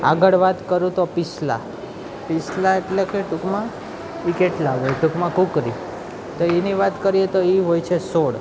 આગળ વાત કરું તો પીસલા પીસલા એટલે કે ટુંકમાં ક્રિકેટ લાવે ટુંકમાં કોકરી તો એની વાત કરીએ તો એ હોય છે સોળ